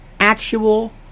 Actual